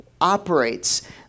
operates